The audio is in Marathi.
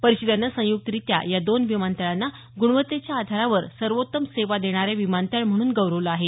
परिषदेनं संयुक्तरित्या या दोन विमानतळांना गुणवत्तेच्या आधारावर सर्वोत्तम सेवा देणारे विमानतळ म्हणून गौरवलं आहे